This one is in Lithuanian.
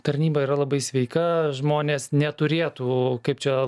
tarnyba yra labai sveika žmonės neturėtų kaip čia